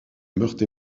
meurthe